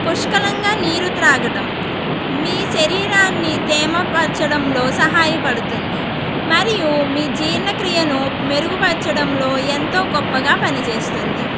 పుష్కలంగా నీరు త్రాగడం మీ శరీరాన్ని తేమపరచడంలో సహాయపడుతుంది మరియు మీ జీర్ణ క్రియను మెరుగుపరచడంలో ఎంతో గొప్పగా పనిచేస్తుంది